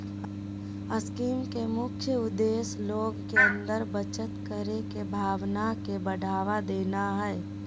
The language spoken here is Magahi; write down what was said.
स्कीम के मुख्य उद्देश्य लोग के अंदर बचत करे के भावना के बढ़ावा देना हइ